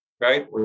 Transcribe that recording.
right